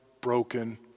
broken